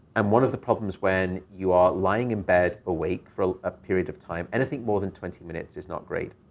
and one of the problems when you are lying in bed awake for a period of time, and i think more than twenty minutes is not great,